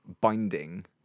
binding